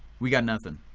we got nothing.